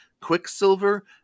Quicksilver